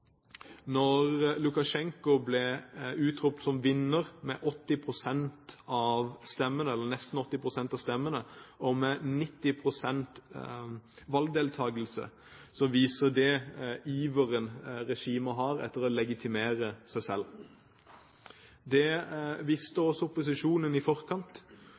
Lukasjenko ble utropt som vinner med nesten 80 pst. av stemmene og med 90 pst. valgdeltakelse, viser det iveren regimet har etter å legitimere seg selv. Det visste også opposisjonen i forkant.